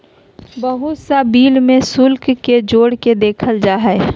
बहुत सा बिल में शुल्क के जोड़ के देखल जा हइ